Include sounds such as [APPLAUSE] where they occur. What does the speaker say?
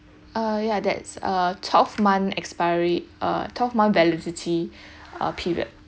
ah yeah that's a twelve month expiry uh twelve month validity [BREATH] uh period